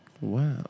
Wow